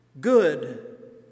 good